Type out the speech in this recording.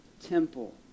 temple